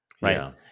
Right